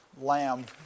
lamb